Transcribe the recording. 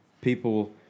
people